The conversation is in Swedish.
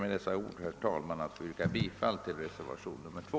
Med dessa ord ber jag att få yrka bifall till reservationen 2.